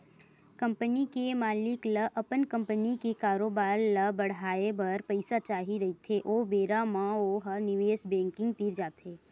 company के मालिक ल अपन कंपनी के कारोबार ल बड़हाए बर पइसा चाही रहिथे ओ बेरा म ओ ह निवेस बेंकिग तीर जाथे